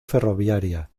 ferroviaria